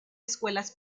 escuelas